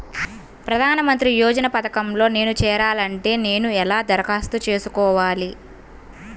ప్రధాన మంత్రి యోజన పథకంలో నేను చేరాలి అంటే నేను ఎలా దరఖాస్తు చేసుకోవాలి?